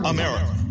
America